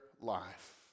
life